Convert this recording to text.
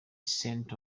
descent